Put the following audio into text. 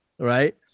Right